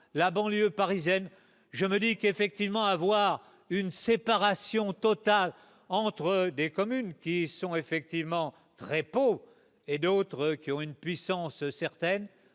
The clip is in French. la banlieue parisienne, je me dis qu'effectivement avoir une séparation totale entre des communes qui sont effectivement très et d'autres qui ont une puissance certaine